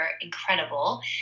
incredible